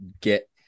get